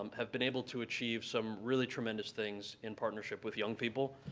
um have been able to achieve some really tremendous things in partnership with young people.